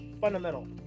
fundamental